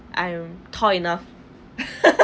I am tall enough